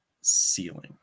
ceiling